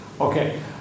Okay